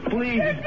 Please